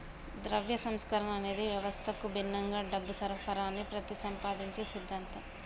ద్రవ్య సంస్కరణ అనేది వ్యవస్థకు భిన్నంగా డబ్బు సరఫరాని ప్రతిపాదించే సిద్ధాంతం